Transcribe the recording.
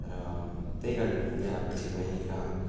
र त्यही गाडीमा पुगेँ आपाचेमा र